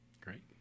Great